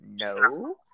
no